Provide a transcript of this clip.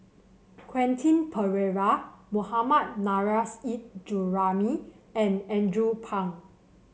Quentin Pereira Mohammad Nurrasyid Juraimi and Andrew Phang